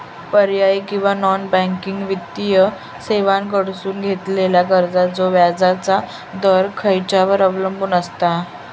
पर्यायी किंवा non banking वित्तीय सेवांकडसून घेतलेल्या कर्जाचो व्याजाचा दर खेच्यार अवलंबून आसता?